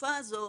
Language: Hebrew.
התקופה הזו,